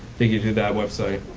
take you to that website.